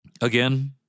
again